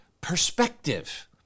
perspective